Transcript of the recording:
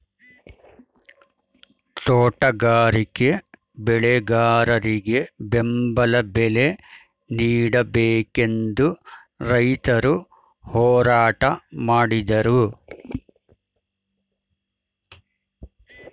ತೋಟಗಾರಿಕೆ ಬೆಳೆಗಾರರಿಗೆ ಬೆಂಬಲ ಬಲೆ ನೀಡಬೇಕೆಂದು ರೈತರು ಹೋರಾಟ ಮಾಡಿದರು